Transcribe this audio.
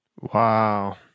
Wow